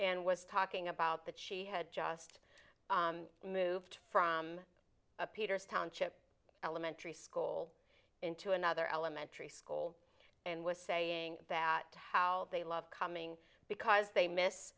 and was talking about that she had just moved from peter's township elementary school in to another elementary school and was saying that how they love coming because they miss